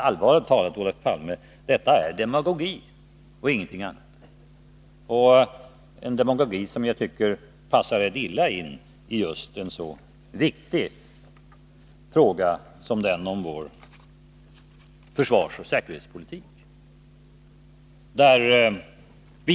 Allvarligt talat, Olof Palme, detta är demagogi och ingenting annat — en demagogi som jag tycker passar väldigt illai en så viktig fråga som den om vår försvarsoch säkerhetspolitik.